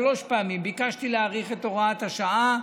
שלוש פעמים ביקשתי להאריך את הוראת השעה,